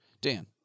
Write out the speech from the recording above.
dan